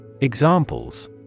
Examples